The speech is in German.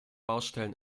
baustellen